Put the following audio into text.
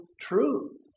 truth